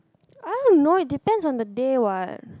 I don't know it depends on the day what